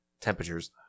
temperatures